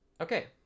Okay